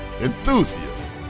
enthusiasts